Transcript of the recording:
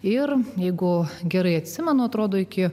ir jeigu gerai atsimenu atrodo iki